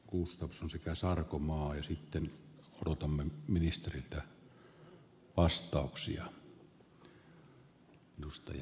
kuustosen sekä sarkomaa ja sitten luotamme mielestäni kunnollisia